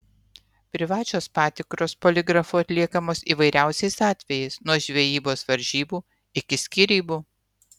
privačios patikros poligrafu atliekamos įvairiausiais atvejais nuo žvejybos varžybų iki skyrybų